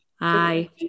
aye